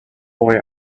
boy